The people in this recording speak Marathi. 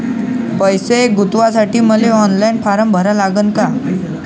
पैसे गुंतवासाठी मले ऑनलाईन फारम भरा लागन का?